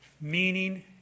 meaning